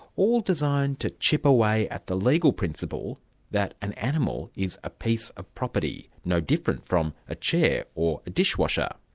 all designed to chip away at the legal principle that an animal is a piece of property, no different from a chair or a dishwasher.